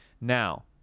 Now